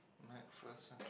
MacPherson